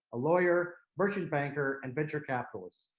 a lawyer, merchant banker, and venture capitalist,